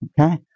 Okay